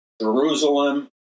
Jerusalem